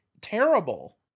terrible